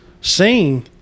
sing